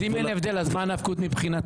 אם אין הבדל אז מה הנפקות מבחינתך?